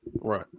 right